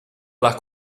alla